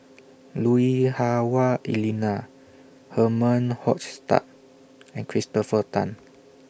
Lui Hah Wah Elena Herman Hochstadt and Christopher Tan